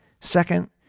Second